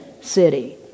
city